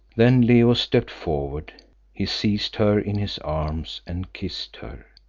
then leo stepped forward he seized her in his arms and kissed her.